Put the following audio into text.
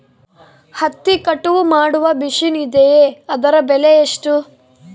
ಹತ್ತಿ ಕಟಾವು ಮಾಡುವ ಮಿಷನ್ ಇದೆಯೇ ಅದರ ಬೆಲೆ ಎಷ್ಟು?